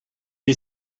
est